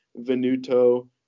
Venuto